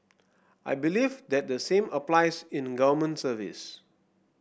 I believe that the same applies in government service